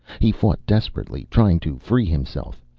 he fought desperately, trying to free himself.